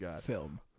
film